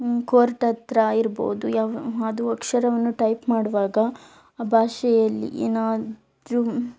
court ಹತ್ರ ಇರ್ಬೋದು ಯಾವ ಅದು ಅಕ್ಷರವನ್ನು ಟೈಪ್ ಮಾಡುವಾಗ ಆ ಭಾಷೆಯಲ್ಲಿ ಏನಾದರೂ